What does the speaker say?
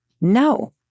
no